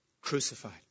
crucified